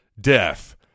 death